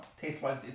taste-wise